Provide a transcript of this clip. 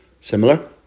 similar